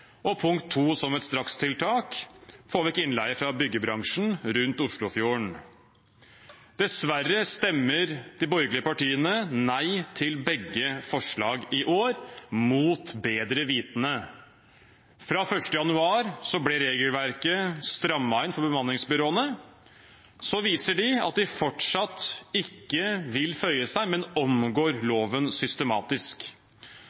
byggebransjen rundt Oslofjorden Dessverre stemmer de borgerlige partiene nei til begge forslagene i år, mot bedre vitende. Fra 1. januar ble regelverket strammet inn for bemanningsbyråene. Så viser de at de fortsatt ikke vil føye seg, men omgår